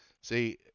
See